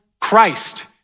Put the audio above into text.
Christ